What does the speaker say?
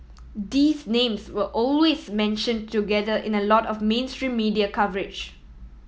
these names were always mentioned together in a lot of mainstream media coverage